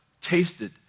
tasted